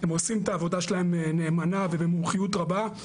הם עושים את העבודה שלהם נאמנה ובמומחיות רבה,